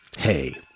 Hey